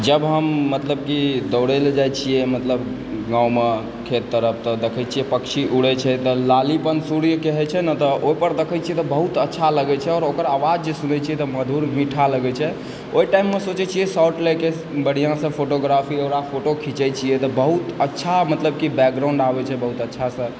जब हम मतलब कि दौड़ै लए जाइ छियै मतलब गाँवमे खेत तरफ तऽ देखै छियै पक्षी उड़ै छै तऽ लालीपन सुर्यके होइ छै ना तऽ ओहिपर देखै छियै ने तऽ बहुत अच्छा लागै छै आओर ओकर आवाज जे सुनै छी तऽ मधुर मीठा लागै छै ओहि टाइममे सोचै छियै शॉट लएके बढ़िआँसँ फोटोग्राफी उराफी फोटो खिचै छियै तऽ बहुत अच्छा मतलब कि बैकग्राउण्ड आबै छै बहुत अच्छासँ